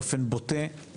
באופן בוטה,